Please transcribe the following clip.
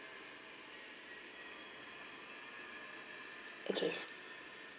okay